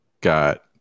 got